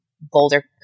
Boulder